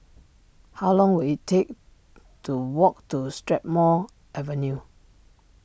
how long will it take to walk to Strathmore Avenue